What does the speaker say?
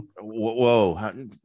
whoa